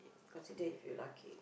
cause today if you are lucky